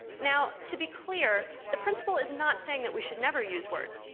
now, to be clear, the principle is not saying that we should never use words.